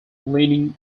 leaning